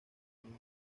amigo